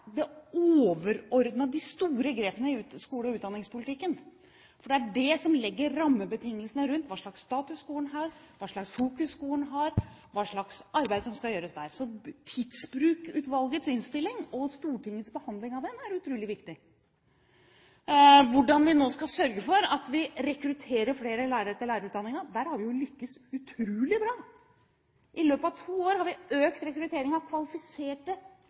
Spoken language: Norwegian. det viktigste er at Stortinget har de overordnede, de store grepene i skole- og utdanningspolitikken, for det er det som legger rammebetingelsene for hva slags status skolen har, hva slags fokus skolen har, og hva slags arbeid som skal gjøres der. Så Tidsbrukutvalgets innstilling og Stortingets behandling av den, er utrolig viktig. Når det gjelder å rekrutterer flere lærere til lærerutdanningen, har vi jo lyktes utrolig bra. I løpet av to år har vi økt rekrutteringen av kvalifiserte